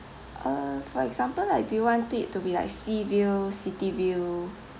uh for example like do you want it to be like seaview city view